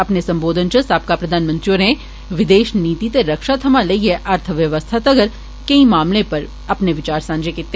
अपने संबोधन च साबका प्रधानमंत्री होरें विदेश नीति ते रक्षा थमां लेइयै अर्थव्यवस्था तक्कर केइएं मामलें पर विचार सांझे कीते